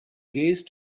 gaze